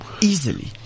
easily